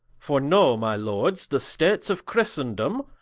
for know my lords, the states of christendome,